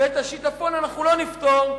ואת השיטפון אנחנו לא נפתור,